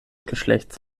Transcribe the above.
geschlechts